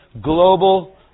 global